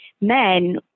men